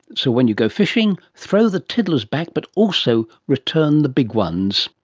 so when you go fishing, throw the tiddlers back, but also return the big ones,